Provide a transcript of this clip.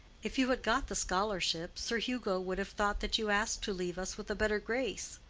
if you had got the scholarship, sir hugo would have thought that you asked to leave us with a better grace.